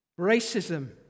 Racism